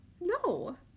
No